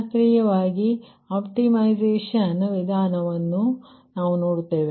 ಶಾಸ್ತ್ರೀಯ ಆಪ್ಟಿಮೈಸೇಶನ್ ವಿಧಾನವನ್ನು ನಾವು ನೋಡುತ್ತೇವೆ